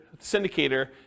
syndicator